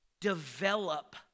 Develop